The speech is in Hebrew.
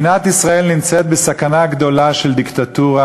מדינת ישראל נמצאת בסכנה גדולה של דיקטטורה